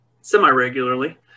semi-regularly